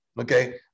okay